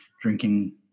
drinking